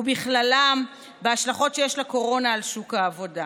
ובכללם ההשלכות שיש לקורונה על שוק העבודה.